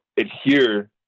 adhere